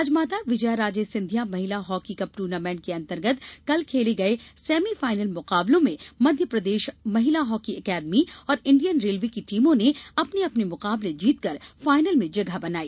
राजमाता विजयाराजे सिंधिया महिला hockey cup tournament के अंतर्गत कल खेले गये सेमी फायनल मुकाबलों में मप्र महिला हॉकी अकादमी और इण्डियन रेल्वे की टीमों ने अपने अपने मुकाबले जीतकर फायनल में जगह बनाई